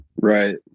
right